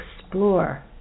explore